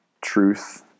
Truth